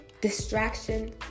distraction